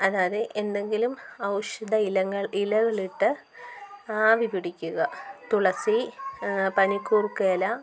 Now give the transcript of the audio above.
അതാത് എന്തെങ്കിലും ഔഷധ ഇലങ്ങള് ഇലകളിട്ട് ആവി പിടിക്കുക തുളസി പനിക്കൂർക്കയില